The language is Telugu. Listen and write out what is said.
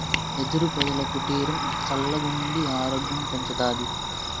యెదురు పొదల కుటీరం సల్లగుండి ఆరోగ్యం పెంచతాది